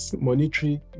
monetary